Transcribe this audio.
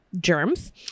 germs